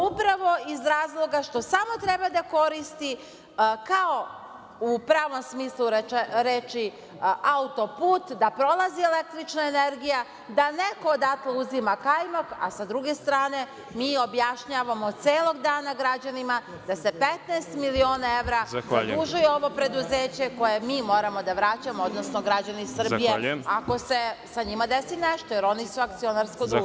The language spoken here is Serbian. Upravo iz razloga što samo treba da koristi u pravom smislu reči auto-put, da prolazi električna energija, da neko odatle uzima kajmak, a sa druge strane mi objašnjavamo celog dana građanima da se 15 miliona evra zadužuje ovo preduzeće koje mi moramo da vraćamo, odnosno građani Srbije ako se njima desi nešto, jer oni su akcionarsko društvo.